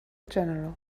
general